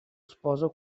sposo